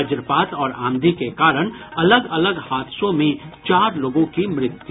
वज्रपात और आंधी के कारण अलग अलग हादसों में चार लोगों की मृत्यु